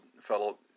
fellow